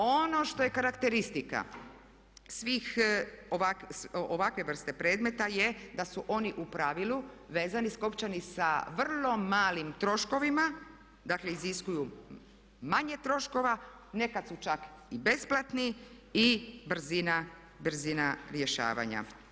Ono što je karakteristika ovakve vrste predmeta je da su oni u pravilu vezani, skopčani sa vrlo malim troškovima, dakle iziskuju manje troškova, nekad su čak i besplatni i brzina rješavanja.